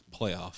playoff